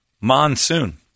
Monsoon